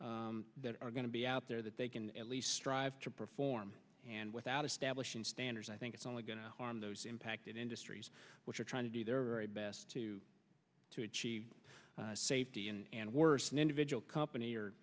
are going to be out there that they can at least strive to perform and without establishing standards i think it's only going to harm those impacted industries which are trying to do their best to to achieve safety and worsening vigil company or